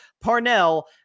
Parnell